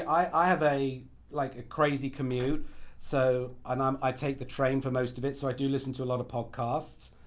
i have a like a crazy commute so, and um i take the train for most of it so i do listen to a lot of podcasts.